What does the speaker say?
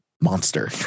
monster